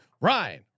Ryan